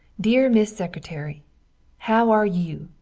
deer miss secretary how are you?